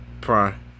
Prime